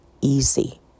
easy